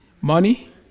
Money